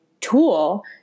tool